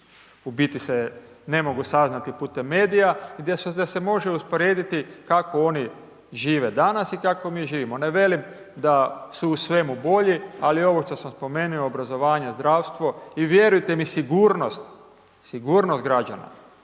u biti se ne mogu saznati putem medija, da se može usporediti kako oni žive danas i kako mi živimo. Ne velim da su u svemu bolji, ali ovo što sam spomenuo, obrazovanje, zdravstvo i vjerujte mi i sigurnost, sigurnost građana